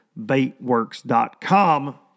baitworks.com